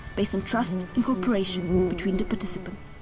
based on trust and cooperation between the participants.